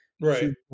Right